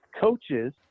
coaches